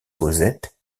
cosette